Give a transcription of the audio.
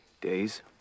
Days